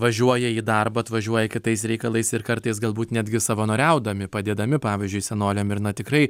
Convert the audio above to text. važiuoja į darbą atvažiuoja kitais reikalais ir kartais galbūt netgi savanoriaudami padėdami pavyzdžiui senoliam ir na tikrai